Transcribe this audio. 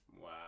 Wow